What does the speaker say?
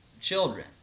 children